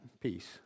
peace